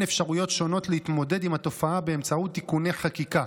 אפשרויות שונות להתמודד עם התופעה באמצעות תיקוני חקיקה,